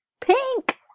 Pink